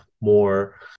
more